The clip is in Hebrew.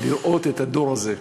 לראות את הדור הזה,